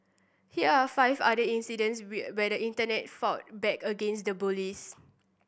here are five other incidents where the Internet fought back against the bullies